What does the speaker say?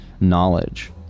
knowledge